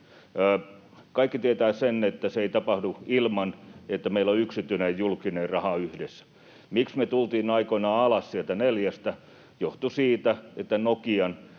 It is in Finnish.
Kaikki tietävät sen, että se ei tapahdu ilman, että meillä on yksityinen ja julkinen raha yhdessä. Se, miksi me tultiin aikoinaan alas sieltä 4:stä, johtui siitä, että Nokian